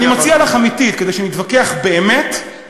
אפשר להתווכח, על העובדות אי-אפשר להתווכח.